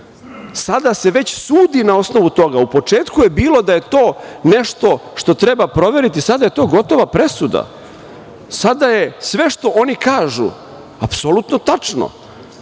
Sada se već sudi na osnovu toga.U početku je bilo da je to nešto što treba proveriti, sada je to gotova presuda, sada je sve što oni kažu apsolutno tačno,